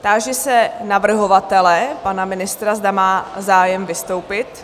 Táži se navrhovatele, pana ministra, zda má zájem vystoupit?